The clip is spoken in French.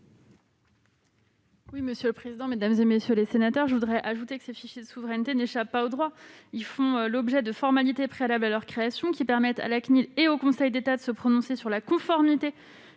Quel est l'avis du Gouvernement ? Je voudrais ajouter que ces fichiers de souveraineté n'échappent pas au droit. Ils font l'objet de formalités préalables à leur création, qui permettent à la CNIL et au Conseil d'État de se prononcer sur la conformité